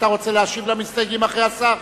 אתה רוצה להשיב למסתייגים אחרי השר?